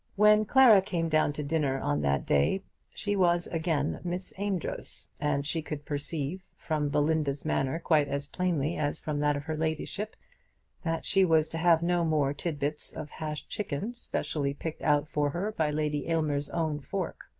when clara came down to dinner on that day she was again miss amedroz, and she could perceive from belinda's manner quite as plainly as from that of her ladyship that she was to have no more tit-bits of hashed chicken specially picked out for her by lady aylmer's own fork.